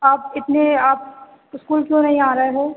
आप इतने आप स्कूल क्यों नहीं आ रहे हो